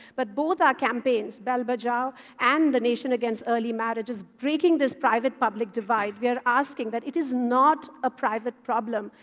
but both our campaigns bell bajao and the nation against early marriage is breaking this private public divide. we are asking that it is not a private problem.